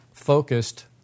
focused